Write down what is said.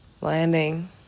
Landing